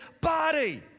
body